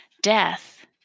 death